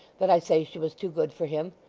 that i say she was too good for him.